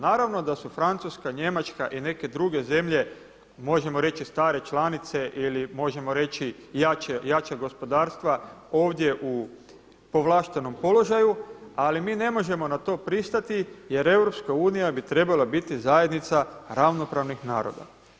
Naravno da su Francuska, Njemačka i neke druge zemlje možemo reći stare članice ili možemo reći jača gospodarstva ovdje u povlaštenom položaju, ali mi ne možemo na to pristati jer EU bi trebala biti zajednica ravnopravnih naroda.